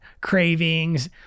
cravings